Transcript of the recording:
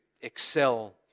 excel